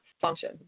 function